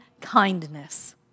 kindness